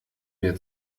mir